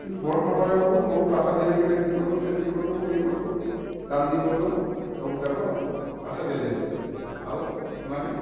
କିନ୍ତୁ ଭୋଟ ନ ପାଇବା ପୂର୍ବରୁ ବହୁତ ଆଶା ଦେଇ ଦେଇକରି ଏମତି କରିଦେବୁ ସେମିତି କରିଦେବୁ ଇଏ କରିଦେବୁ ଚାନ୍ଦି କରିଦେବୁ ସବୁଯାକ ଆଶା ଦେଇ ଦିଅନ୍ତି ଆଉ ସେମାନେ